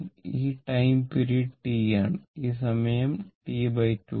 ഈ time period T ആണ് ഈ സമയം T2 ആണ്